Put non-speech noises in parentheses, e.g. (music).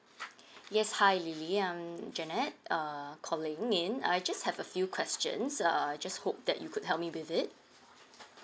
(breath) yes hi lily I'm janet uh calling in I just have a few questions err just hope that you could help me with it